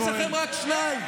אצלכם רק שניים.